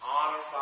Honor